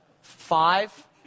five